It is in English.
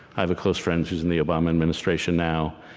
i have a close friend who is in the obama administration now,